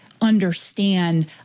understand